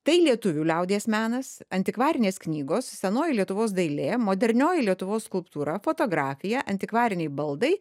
tai lietuvių liaudies menas antikvarinės knygos senoji lietuvos dailė modernioji lietuvos skulptūra fotografija antikvariniai baldai